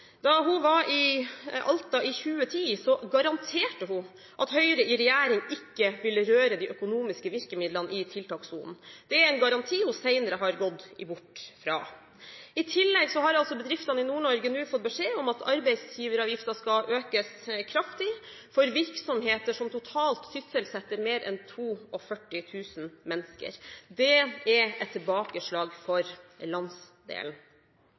Da hun var i Alta i 2010, garanterte hun at Høyre i regjering ikke ville røre de økonomiske virkemidlene i tiltakssonen. Det er en garanti hun senere har gått bort fra. I tillegg har altså bedriftene i Nord-Norge nå fått beskjed om at arbeidsgiveravgiften skal økes kraftig for virksomheter som totalt sysselsetter mer enn 42 000 mennesker. Det er et tilbakeslag for landsdelen.